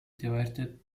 diverted